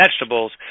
vegetables